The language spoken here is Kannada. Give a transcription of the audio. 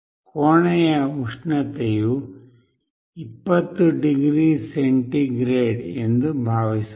ಕೋಣೆಯ ಉಷ್ಣತೆಯು 20 ಡಿಗ್ರಿ ಸೆಂಟಿಗ್ರೇಡ್ ಎಂದು ಭಾವಿಸೋಣ